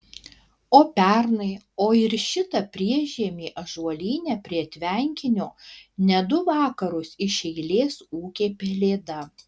o pernai o ir šitą priešžiemį ąžuolyne prie tvenkinio net du vakarus iš eilės ūkė pelėda